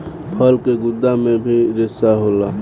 फल के गुद्दा मे भी रेसा होला